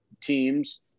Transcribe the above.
teams